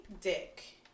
Dick